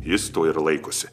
jis to ir laikosi